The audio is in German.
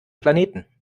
planeten